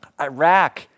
Iraq